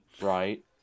Right